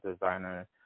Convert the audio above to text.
designer